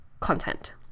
content